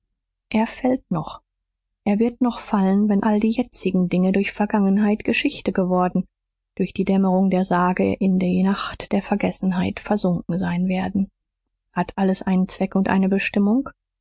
er fällt noch er wird noch fallen wenn all die jetzigen dinge durch vergangenheit geschichte geworden durch die dämmerung der sage in die nacht der vergessenheit versunken sein werden hat alles einen zweck und eine bestimmung